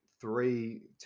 three